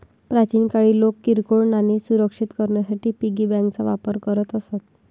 प्राचीन काळी लोक किरकोळ नाणी सुरक्षित करण्यासाठी पिगी बँकांचा वापर करत असत